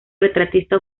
retratista